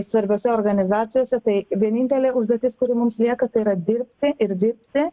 svarbiose organizacijose tai vienintelė užduotis kuri mums lieka tai yra dirbti ir dirbti